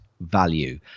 value